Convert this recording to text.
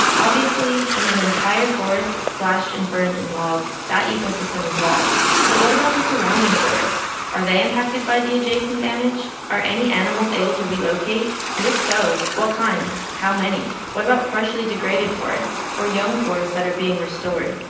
obviously when an entire forest slashed and burned and logged, that ecosystem is lost. but what about the surrounding forests, are they impacted by the adjacent damage? are any animals able to and if so, what kinds, how many? what about partially degraded forests, or young forests that are being restored?